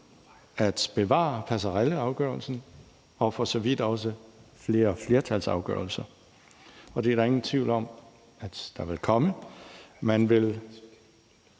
at bevare passarellebestemmelsen og for så vidt også flere flertalsafgørelser. Det er der ingen tvivl om at der vil komme. Man vil